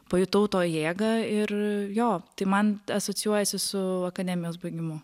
pajutau to jėgą ir jo tai man asocijuojasi su akademijos baigimu